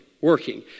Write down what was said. Working